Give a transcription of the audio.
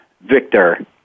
Victor